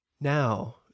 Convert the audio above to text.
Now